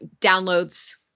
downloads